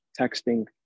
texting